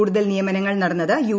കൂടുതൽ നിയമനങ്ങൾ നടന്നത് യു